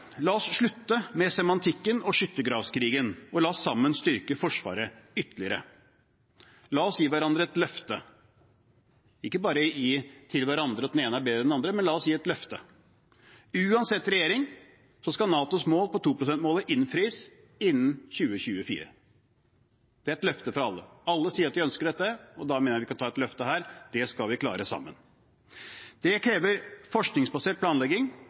La oss bevege oss videre: La oss slutte med semantikken og skyttergravskrigen, og la oss sammen styrke Forsvaret ytterligere. La oss gi et løfte ikke bare til hverandre, at den ene er bedre enn den andre: Uansett regjering skal NATOs mål om 2 pst. innfris innen 2024. Det er et løfte fra alle. Alle sier at vi ønsker dette, og da mener jeg vi kan gi et løfte her: Det skal vi klare sammen. Det krever forskningsbasert planlegging